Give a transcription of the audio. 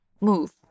move